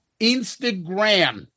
Instagram